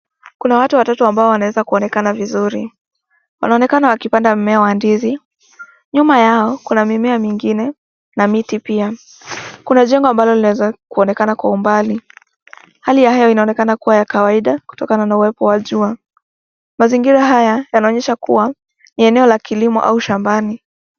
Kuna watu watatu ambao wanaweza kunaonekana vizuri. Wanaonekana wakipanda mmea wa ndizi. Nyuma yao Kuna mimea mingine na miti pia. Kuna jengo ambalo linaweza kunaonekana kwa umbali. Hali ya hewa inaonekana kuwa ya kawaida kulingana na uwepo wa jua. Mazingira haya yanaonyesha kuwa ni eneo la kilimo ama shambani.